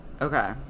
Okay